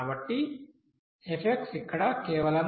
కాబట్టి F ఇక్కడ కేవలం